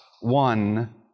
one